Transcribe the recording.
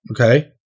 Okay